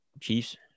Chiefs